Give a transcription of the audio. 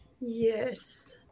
Yes